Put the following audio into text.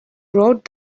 wrote